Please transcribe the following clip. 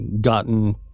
gotten